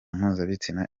mpuzabitsina